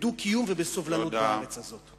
בדו-קיום ובסובלנות בארץ הזאת.